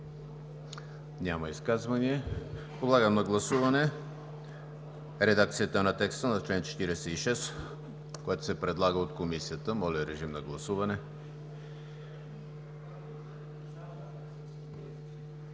Няма изказвания. Подлагам на гласуване редакцията на текста на чл. 46, която се предлага от Комисията. Гласували